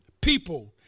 people